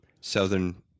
southern